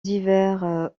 divers